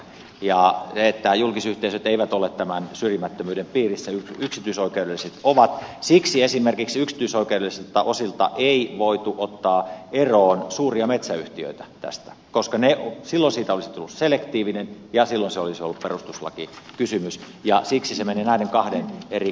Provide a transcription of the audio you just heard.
siksi että julkisyhteisöt eivät ole tämän syrjimättömyyden piirissä yksityisoikeudelliset ovat esimerkiksi yksityisoikeudellisilta osilta ei voitu ottaa suuria metsäyhtiöitä eroon tästä koska silloin siitä olisi tullut selektiivinen ja silloin se olisi ollut perustuslakikysymys ja siksi se menee näiden kahden eri kategorian välille